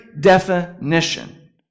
definition